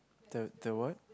the the what